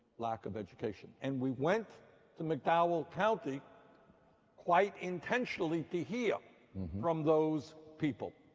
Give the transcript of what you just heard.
lack of education. and we went to mcdowell county quite intentionally to hear from those people.